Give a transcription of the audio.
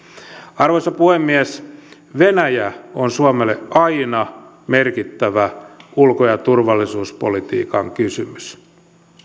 arvoisa puhemies venäjä on suomelle aina merkittävä ulko ja turvallisuuspolitiikan kysymys